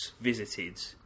visited